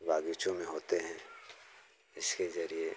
बाग़ीचों में होते हैं इसके ज़रिए